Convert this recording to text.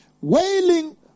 wailing